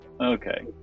okay